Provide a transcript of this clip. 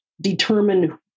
determine